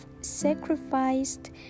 sacrificed